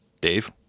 Dave